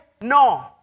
No